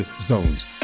zones